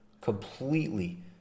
completely